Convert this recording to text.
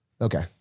Okay